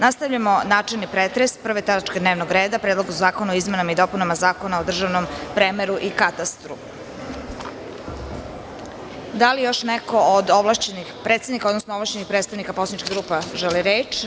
Nastavljamo načelni pretres 1. tačke dnevnog reda – PREDLOGA ZAKONA O IZMENAMA I DOPUNAMA ZAKONA O DRŽAVNOM PREMERU I KATASTRU Da li još neko od ovlašćenih predsednika, odnosno ovlašćenih predstavnika poslaničkih grupa želi reč?